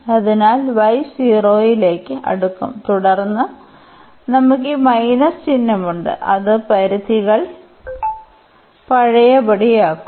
അതിനാൽ y 0 ലേക്ക് അടുക്കും തുടർന്ന് നമുക്ക് ഈ മൈനസ് ചിഹ്നം ഉണ്ട് അത് പരിധികൾ പഴയപടിയാക്കും